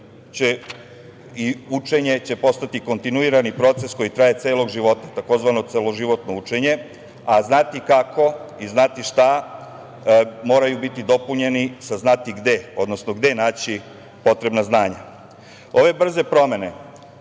će postati kontinuirani proces koje traje celog života, tzv. celoživotno učenje, a znati - kako i znati - šta moraju biti dopunjeni sa znati - gde, odnosno gde naći potrebna znanja. Ove brze promene